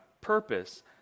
purpose